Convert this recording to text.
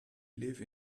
live